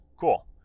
Cool